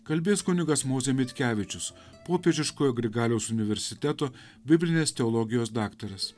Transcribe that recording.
kalbės kunigas mozė mitkevičius popiežiškojo grigaliaus universiteto biblinės teologijos daktaras